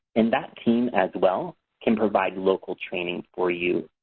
and that team as well can provide local training for you.